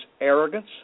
arrogance